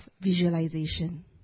visualization